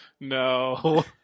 No